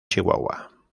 chihuahua